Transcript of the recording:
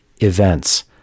events